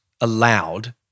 allowed